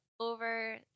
over